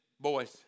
Boys